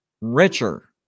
richer